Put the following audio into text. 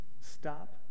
Stop